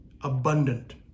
Abundant